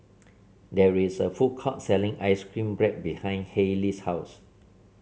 there is a food court selling ice cream bread behind Hailey's house